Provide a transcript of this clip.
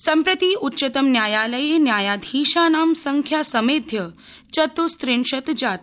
सम्प्रति उच्चतमन्यायालये न्यायाधीशानां संख्या समेध्य चत्स्त्रिंशत् जाता